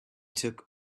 took